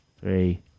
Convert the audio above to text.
Three